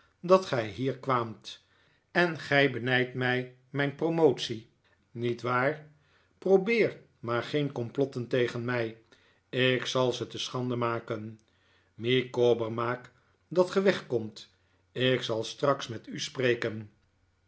dat gij hier kwaamt en gij benijdt mij mijn promotie niet waar probeer maar geen complotten tegen mij ik zal ze te schande maken micawber maak dat ge weg komt ik zal straks met u spreken